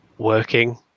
working